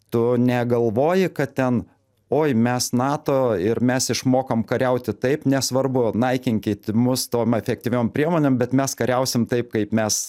tu negalvoji kad ten oi mes nato ir mes išmokom kariauti taip nesvarbu naikinkit mus tom efektyviom priemonėm bet mes kariausim taip kaip mes